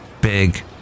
Big